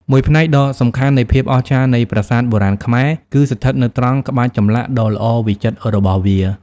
មួយផ្នែកដ៏សំខាន់នៃភាពអស្ចារ្យនៃប្រាសាទបុរាណខ្មែរ គឺស្ថិតនៅត្រង់ក្បាច់ចម្លាក់ដ៏ល្អវិចិត្ររបស់វា។